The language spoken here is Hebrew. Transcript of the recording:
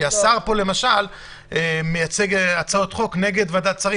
השר פה למשל מייצג הצעות חוק נגד ועדת השרים.